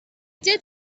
did